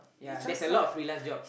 ya there's a lot of freelance job